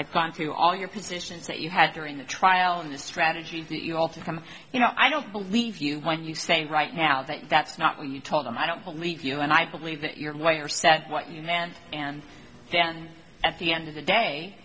i've gone through all your positions that you had during the trial and the strategy you all to come you know i don't believe you when you say right now that that's not what you told them i don't believe you and i believe that your lawyer said what you meant and then at the end of the day